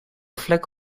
vlek